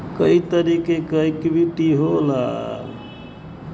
कई तरीके क इक्वीटी होला